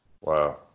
Wow